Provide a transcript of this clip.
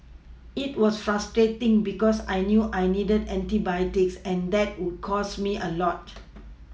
it was frustrating because I knew I needed antibiotics and that would cost me a lot